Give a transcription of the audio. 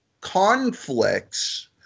conflicts